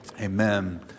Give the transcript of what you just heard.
amen